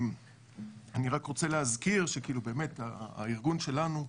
אני רק רוצה להזכיר שהארגון שלנו,